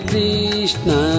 Krishna